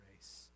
race